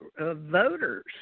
voters